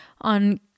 on